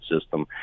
system